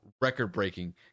record-breaking